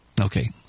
Okay